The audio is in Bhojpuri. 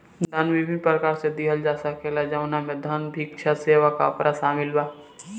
दान विभिन्न प्रकार से लिहल जा सकेला जवना में धन, भिक्षा, सेवा, कपड़ा शामिल बा